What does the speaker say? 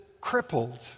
crippled